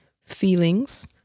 feelings